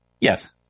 Yes